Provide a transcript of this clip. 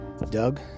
Doug